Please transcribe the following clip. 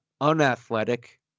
unathletic